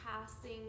casting